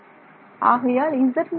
ஆகையால் z0 Δz2